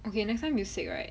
okay next time you sick right